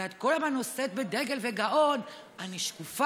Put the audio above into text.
הרי את כל הזמן נושאת בדגל וגאון: אני שקופה.